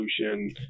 solution